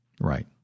right